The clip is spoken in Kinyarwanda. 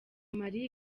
mali